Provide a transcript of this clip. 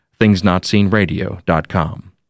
ThingsNotSeenRadio.com